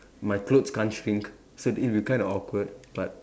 my clothes can't shrink so it'll be kind of awkward but